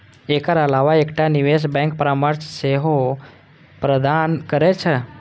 एकर अलावा एकटा निवेश बैंक परामर्श सेवा सेहो प्रदान करै छै